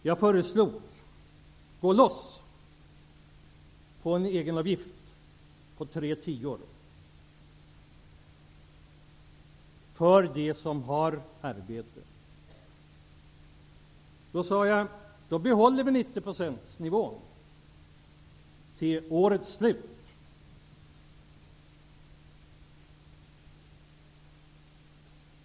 Jag föreslog: Gå loss på en egenavgift på 30 kr för dem som har arbete. Vi skulle då behålla 90-procentsnivån till årets slut.